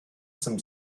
some